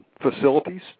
facilities